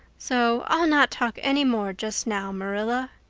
so i'll not talk any more just now, marilla.